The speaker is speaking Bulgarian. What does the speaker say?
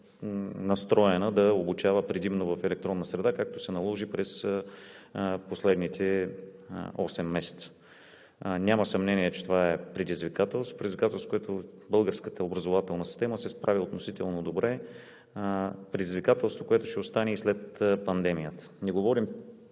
настроена да обучава предимно в електронна среда, както се наложи през последните осем месеца. Няма съмнение, че това е предизвикателство, с което българската образователна система се справи относително добре. Предизвикателство, което ще остане и след пандемията. Не говорим